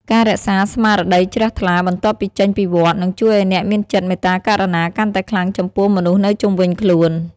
ការរក្សាស្មារតីជ្រះថ្លាបន្ទាប់ពីចេញពីវត្ត នឹងជួយឱ្យអ្នកមានចិត្តមេត្តាករុណាកាន់តែខ្លាំងចំពោះមនុស្សនៅជុំវិញខ្លួន។